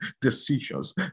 decisions